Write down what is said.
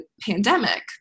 pandemic